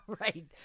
right